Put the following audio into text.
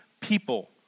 people